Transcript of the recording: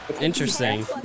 Interesting